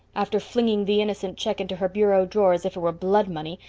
after flinging the innocent check into her bureau drawer as if it were blood-money,